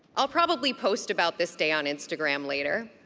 i'll probably post about this day on instagram later.